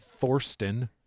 Thorsten